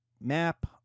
map